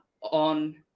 on